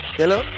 hello